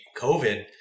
COVID